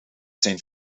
zijn